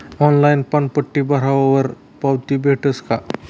Online पानपट्टी भरावर पावती भेटस का?